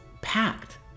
packed